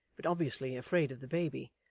but obviously afraid of the baby,